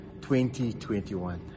2021